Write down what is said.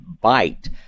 bite